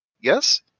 Yes